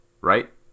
right